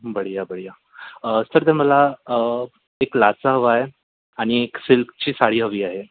बढिया बढिया सर जर मला एक लाछा हवा आहे आणि एक सिल्कची साडी हवी आहे